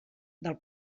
del